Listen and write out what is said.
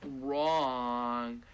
wrong